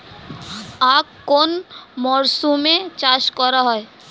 আখ কোন মরশুমে চাষ করা হয়?